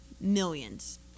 millions